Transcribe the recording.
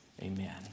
Amen